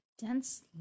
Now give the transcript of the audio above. Dense